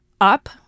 up